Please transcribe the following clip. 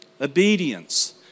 Obedience